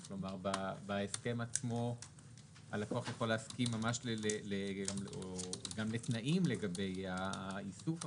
כלומר בהסכם עצמו הלקוח יכול להסכים ממש לתנאים לגבי איסוף המידע,